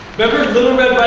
remember little